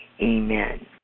Amen